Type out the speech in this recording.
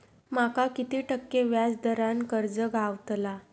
माका किती टक्के व्याज दरान कर्ज गावतला?